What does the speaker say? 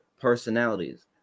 personalities